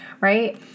right